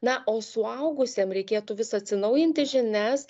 na o suaugusiem reikėtų vis atsinaujinti žinias